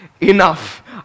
Enough